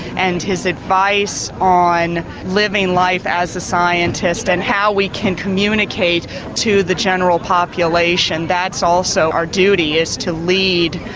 and his advice on living life as a scientist and how we can communicate to the general population, that's also our duty is to lead,